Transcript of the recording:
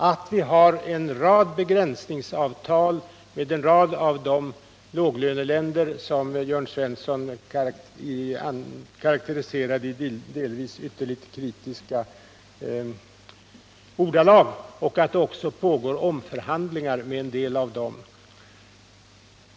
Vi har en rad Nr 36 begränsningsavtal med många av de låglöneländer som Jörn Svensson talade om i ytterligt kritiska ordalag, och det pågår omförhandlingar med en del av dessa.